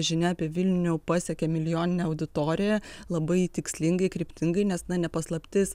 žinia apie vilnių pasiekė milijoninę auditoriją labai tikslingai kryptingai nes na ne paslaptis